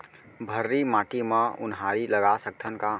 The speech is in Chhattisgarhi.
भर्री माटी म उनहारी लगा सकथन का?